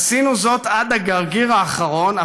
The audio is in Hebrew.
עשינו זאת עד הגרגיר האחרון,